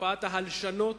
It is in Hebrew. תופעת ההלשנות